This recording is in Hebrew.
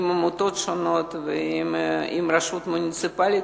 יחד עם עמותות שונות ועם הרשות המוניציפלית,